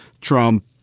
Trump